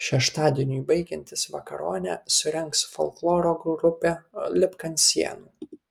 šeštadieniui baigiantis vakaronę surengs folkloro grupė lipk ant sienų